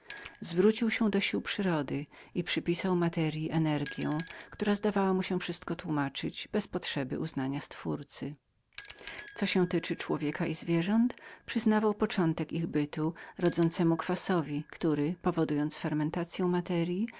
obrócił się do przyrody i przypisał materyi energiją która zdawała mu się wszystko tłumaczyć bez żadnej przyczyny stworzenia co się tyczy człowieka i zwierząt przyznawał początek ich bytu rodzącemu kwasowi który fermentował w materyi